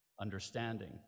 understanding